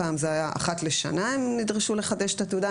פעם זה היה אחת לשנה, הם נדרשו לחדש את התעודה.